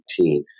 2018